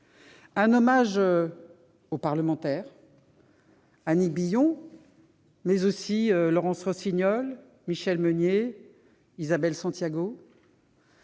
un hommage aux parlementaires, Annick Billon, mais aussi Laurence Rossignol, Michelle Meunier, Isabelle Santiago.